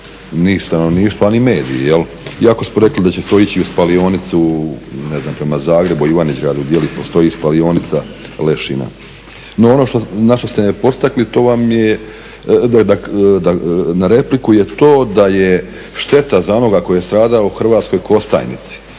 ni stanovništvo, a ni mediji iako smo rekli da će to ići u spalionicu prema Zagrebu, Ivanić Gradu, gdje li postoji spalionica lešina. No ono na što ste me potakli na repliku je to da je šteta za onoga koji je stradao u Hrvatskoj Kostajnici